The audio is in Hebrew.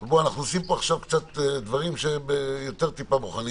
אנחנו עושים פה עכשיו דברים שקצת יותר בוחנים